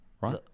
Right